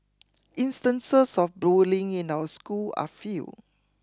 instances of bullying in our schools are few